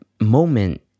moment